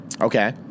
Okay